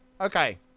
Okay